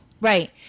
Right